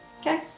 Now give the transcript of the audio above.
Okay